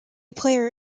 player